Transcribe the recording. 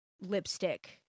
lipstick